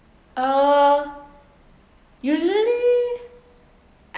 uh usually